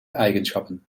eigenschappen